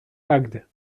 agde